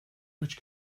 which